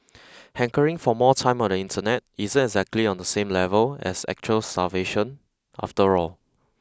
hankering for more time on the internet isn't exactly on the same level as actual starvation after all